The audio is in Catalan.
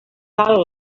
tal